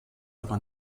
aber